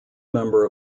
member